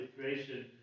creation